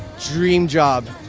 dream job.